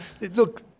look